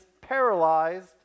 paralyzed